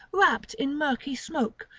wrapt in murky smoke,